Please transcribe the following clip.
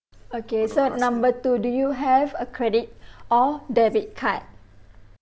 okay so number two do you have a credit or debit card